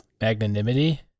Magnanimity